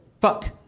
Fuck